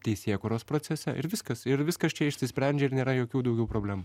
teisėkūros procese ir viskas ir viskas čia išsisprendžia ir nėra jokių daugiau problemų